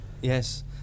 Yes